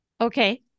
Okay